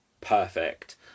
perfect